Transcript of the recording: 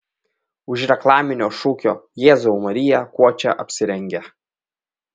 už reklaminio šūkio jėzau marija kuo čia apsirengę